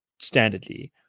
standardly